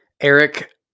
Eric